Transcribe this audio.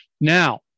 now